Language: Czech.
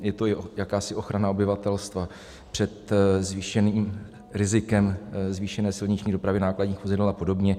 Je to i jakási ochrana obyvatelstva před zvýšeným rizikem zvýšené silniční dopravy nákladních vozidel apod.